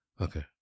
Okay